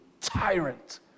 tyrant